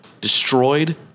destroyed